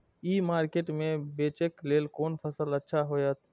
ई market में बेचेक लेल कोन फसल अच्छा होयत?